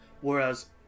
Whereas